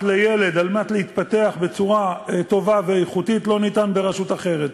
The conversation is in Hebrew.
לילד על מנת להתפתח בצורה טובה ואיכותית לא ניתן ברשות אחרת.